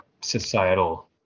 societal